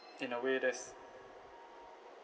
in a way that's